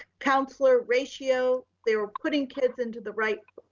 counselor ratio. they were putting kids into the right